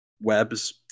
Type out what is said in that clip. webs